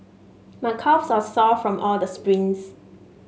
my calves are sore from all the sprints